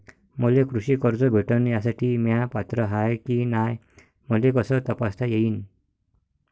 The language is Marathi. मले कृषी कर्ज भेटन यासाठी म्या पात्र हाय की नाय मले कस तपासता येईन?